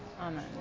Amen